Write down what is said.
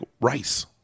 rice